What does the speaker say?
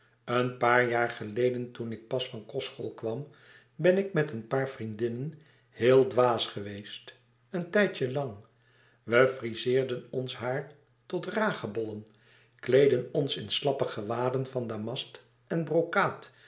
een paar jaar geleden toen ik pas van kostschool kwam ben ik met een paar vriendinnen heel dwaas geweest een tijdje lang we friseerden ons haar tot ragebollen kleedden ons in slappe gewaden van damast en brokaat